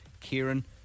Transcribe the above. Kieran